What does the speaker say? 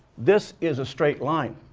this is a straight line.